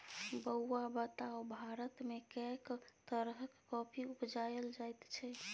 बौआ बताउ भारतमे कैक तरहक कॉफी उपजाएल जाइत छै?